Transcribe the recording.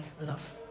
enough